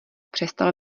přestal